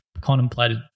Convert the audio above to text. contemplated